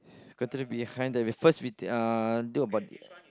go to the behind there first we uh do about